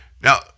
Now